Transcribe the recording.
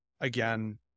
Again